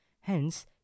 Hence